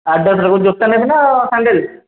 ଆଡ଼ିଡ଼ାସ୍ର କ'ଣ ଜୋତା ନେବେ ନା ସାଣ୍ଡାଲ୍